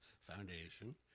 foundation